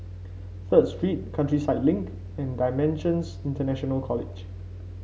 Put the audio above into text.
Third Street Countryside Link and Dimensions International College